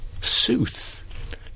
sooth